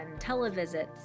televisits